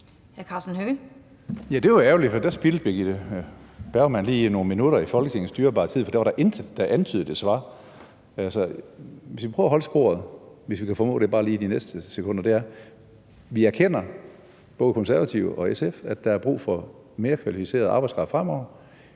Det er ærgerligt, for der spildte fru Birgitte Bergman lige nogle minutter af Folketingets dyrebare tid, for der var da ikke antydningen af et svar. Hvis vi prøver at holde os på sporet, hvis vi kan formå det bare lige de næste par sekunder, så er det sådan, at vi erkender, både Konservative og SF, at der fremover er brug for mere kvalificeret arbejdskraft.